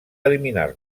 eliminar